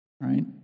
Right